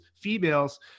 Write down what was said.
females